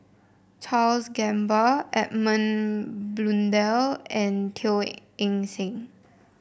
Charles Gamba Edmund Blundell and Teo Eng Seng